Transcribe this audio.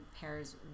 pairs